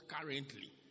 currently